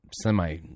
semi-